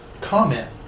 comment